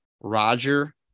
roger